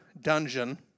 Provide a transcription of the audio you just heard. dungeon